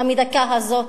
המדכאת הזאת,